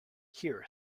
here